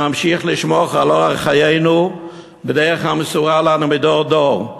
נמשיך לשמור על אורח חיינו בדרך המסורה לנו מדור דור.